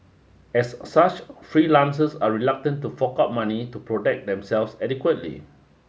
as such freelancers are reluctant to fork out money to protect themselves adequately